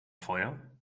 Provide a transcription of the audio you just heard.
feuer